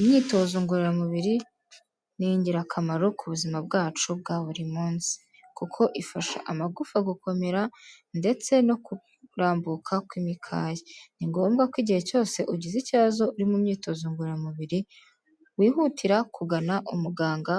Imyitozo ngororamubiri ni ingirakamaro ku buzima bwacu bwa buri munsi kuko ifasha amagufa gukomera ndetse no kurambuka kw'imikaya ni ngombwa ko igihe cyose ugize ikibazo uri mu myitozo ngororamubiri wihutira kugana umuganga